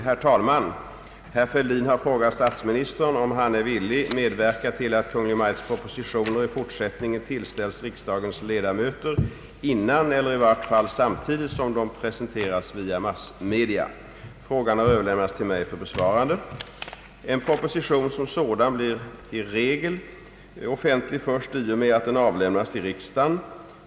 Herr talman! Herr Fälldin har frågat statsministern om han är villig medverka till att Kungl. Maj:ts propositioner i fortsättningen tillställs riksdagens ledamöter innan eller i vart fall samtidigt som de presenteras via massmedia. Frågan har överlämnats till mig för besvarande. En proposition blir som sådan i regel offentlig först i och med att den avlämnas till riksdagen.